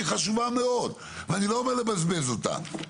שהיא חשובה מאוד ואני לא אומר לבזבז אותה,